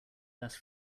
best